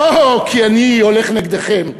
לא כי אני הולך נגדכם,